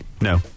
No